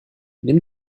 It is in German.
nimm